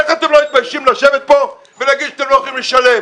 איך אתם לא מתביישים לשבת כאן ולהגיד שאתם לא הולכים לשלם?